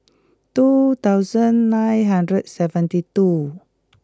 two thousand nine hundred and seventy two